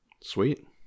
sweet